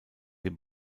dem